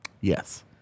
Yes